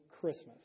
Christmas